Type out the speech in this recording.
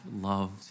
loved